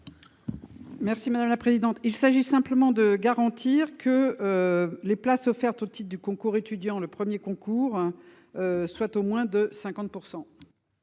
Merci madame la présidente. Il s'agit simplement de garantir que. Les places offertes au titre du concours étudiant le 1er concours. Soit au moins de 50%.